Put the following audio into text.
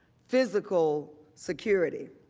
physical security.